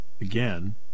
again